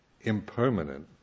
impermanent